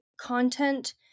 content